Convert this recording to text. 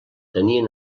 tenien